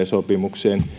sopimukseen